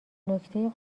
نکته